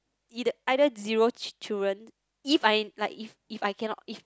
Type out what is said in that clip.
eith~ either zero children if I like if I cannot if